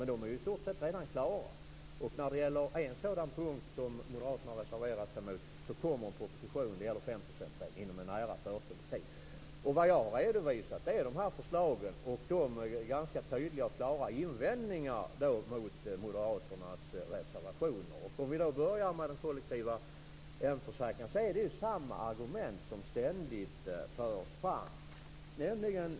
Men de är i stort sett redan klara. När det gäller en sådan fråga, där moderaterna har reserverat sig, kommer det en proposition inom en nära förestående tid. Det gäller 5-procentsregeln. Jag har redovisat förslagen och de klara invändningarna mot moderaternas reservationer. När det gäller den kollektiva hemförsäkringen är det samma argument som förs fram ständigt.